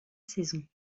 saison